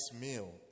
meal